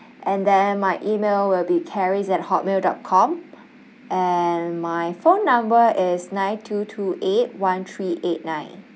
and then my email will be charis at hot mail dot com and my phone number is nine two two eight one three eight nine